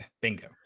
Bingo